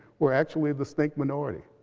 were actually a distinct minority.